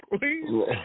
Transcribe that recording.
please